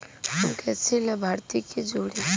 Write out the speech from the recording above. हम कइसे लाभार्थी के जोड़ी?